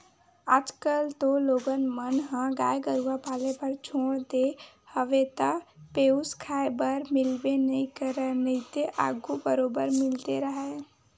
आजकल तो लोगन मन ह गाय गरुवा पाले बर छोड़ देय हवे त पेयूस खाए बर मिलबे नइ करय नइते आघू बरोबर मिलते राहय